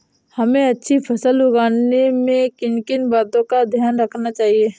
हमें अच्छी फसल उगाने में किन किन बातों का ध्यान रखना चाहिए?